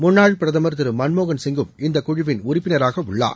முன்னாள் பிரதமர் திரு மன்மோகன் சிங்கும் இந்த குழுவின் உறுப்பினராக உள்ளார்